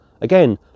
Again